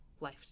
life